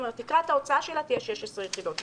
כלומר תקרת ההוצאה שלה תהיה 16 יחידות מימון.